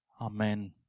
Amen